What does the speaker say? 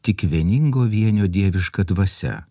tik vieningo vienio dieviška dvasia